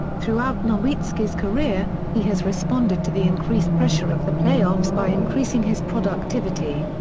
throughout nowitzki's career, he has responded to the increased pressure of the playoffs by increasing his productivity.